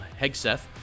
Hegseth